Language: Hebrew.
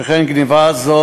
שכן גנבה זו,